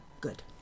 good